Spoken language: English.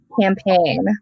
campaign